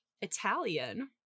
Italian